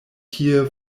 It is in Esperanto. tie